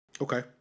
Okay